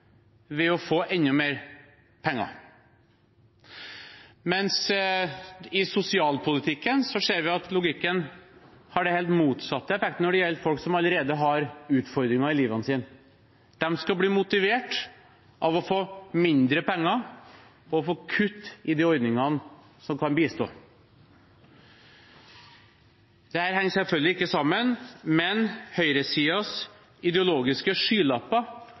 ved å få enda mer penger. Mens i sosialpolitikken ser vi at logikken har den helt motsatte effekten når det gjelder folk som allerede har utfordringer i livet sitt. De skal bli motivert av å få mindre penger og kutt i de ordningene som kan bistå. Dette henger selvfølgelig ikke sammen, men høyresidens ideologiske skylapper